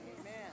Amen